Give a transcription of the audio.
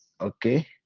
okay